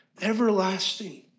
everlasting